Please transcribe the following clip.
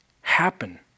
happen